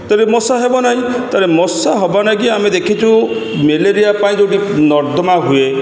ତେବେ ମଶା ହେବ ନାହିଁ ତା'ହେଲେ ମଶା ହେବ ନା କି ଆମେ ଦେଖିଛୁ ମ୍ୟାଲେରିଆ ପାଇଁ ଯେଉଁଠିକି ନର୍ଦ୍ଦମା ହୁଏ